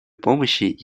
помощи